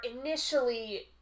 initially